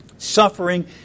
Suffering